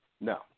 No